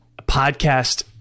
podcast